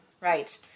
right